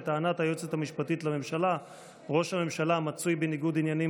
לטענת היועצת המשפטית לממשלה ראש הממשלה מצוי בניגוד עניינים